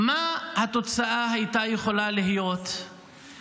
מה הייתה יכולה להיות התוצאה,